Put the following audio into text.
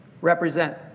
represent